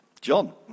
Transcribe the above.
John